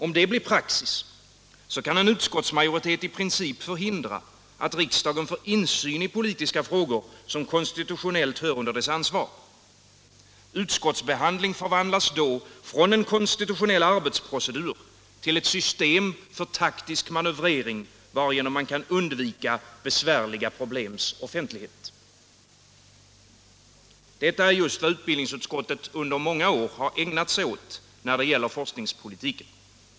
Om detta blir praxis, kan en utskottsmajoritet i princip förhindra att riksdagen får insyn i politiska frågor som konstitutionellt tillhör dess ansvarsområde. Utskottsbehandling förvandlas då från en konstitutionell arbetsprocedur till ett system för taktisk manövrering, varigenom man kan undvika besvärliga problems offentlighet. Detta är just vad utbildningsutskottet under många år har ägnat sig åt när det gäller forskningspolitiken.